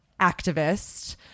activist